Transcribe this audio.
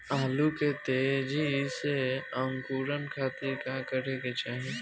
आलू के तेजी से अंकूरण खातीर का करे के चाही?